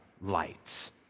lights